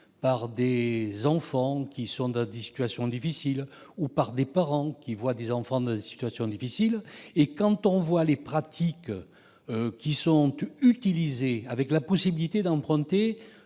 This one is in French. par des enfants dans des situations difficiles ou des parents qui voient leurs enfants dans des situations difficiles. Quand on voit les pratiques utilisées, avec la possibilité d'emprunter